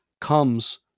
comes